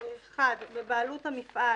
"(1) בבעלות המפעל